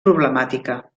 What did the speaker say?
problemàtica